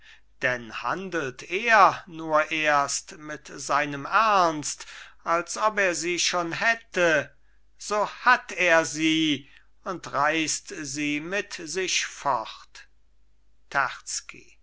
denn handelt er nur erst mit seinem ernst als ob er sie schon hätte so hat er sie und reißt sie mit sich fort